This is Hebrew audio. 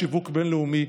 בשיווק בין-לאומי,